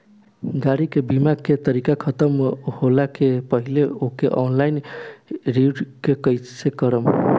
गाड़ी के बीमा के तारीक ख़तम होला के पहिले ओके ऑनलाइन रिन्यू कईसे करेम?